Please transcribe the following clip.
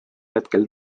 hetkel